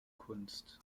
kunst